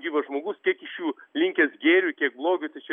gyvas žmogus tik iš jų linkęs gėriui tiek blogiui tai čia